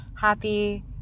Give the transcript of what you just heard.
happy